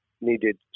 needed